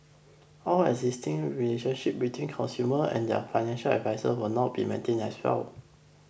all existing relationships between consumer and their financial advisers will be maintained as well